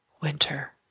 Winter